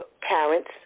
parents